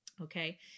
okay